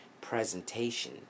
presentation